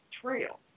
Trail